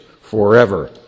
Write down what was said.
forever